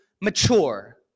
mature